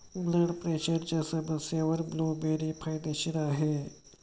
blood प्रेशरच्या समस्येवर blueberry फायदेशीर आहे